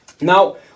Now